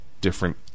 different